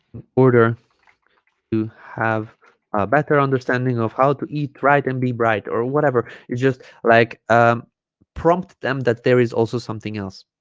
order to have a better understanding of how to eat right and be bright or whatever you just like prompt them that there is also something else